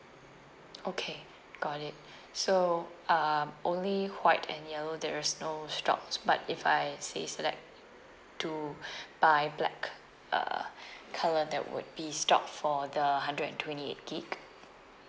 okay got it so um only white and yellow there's no stocks but if I say select to buy black uh colour that would be stock for the hundred and twenty eight gig